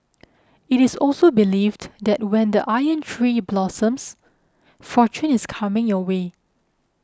it is also believed that when the Iron Tree blossoms fortune is coming your way